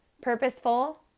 purposeful